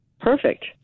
Perfect